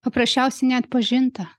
paprasčiausiai neatpažinta